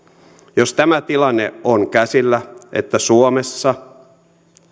jos tämä tilanne on käsillä että suomessa